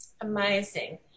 Amazing